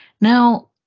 Now